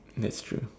that's true